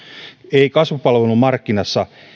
ei kasvupalvelumarkkinassa